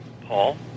Paul